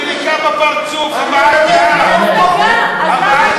מה אתם